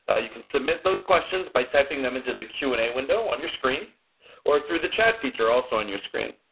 you can submit those questions by typing them into the q and a window on your screen or through the chat feature also on your screen.